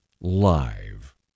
LIVE